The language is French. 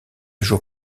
jour